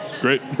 great